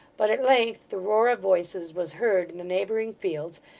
but at length the roar of voices was heard in the neighbouring fields,